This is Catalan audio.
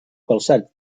calçat